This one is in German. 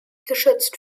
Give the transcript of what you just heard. geschützt